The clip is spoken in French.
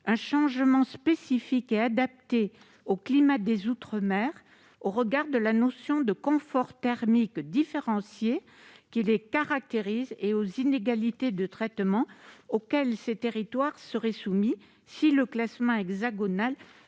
un classement spécifique et adapté au climat des outre-mer, au regard de la notion de confort thermique différencié qui les caractérise et des inégalités de traitement auxquelles ces territoires seraient soumis si le classement hexagonal